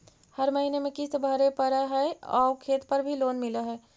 हर महीने में किस्त भरेपरहै आउ खेत पर भी लोन मिल है?